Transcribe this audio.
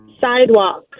Sidewalk